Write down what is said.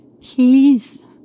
Please